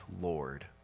Lord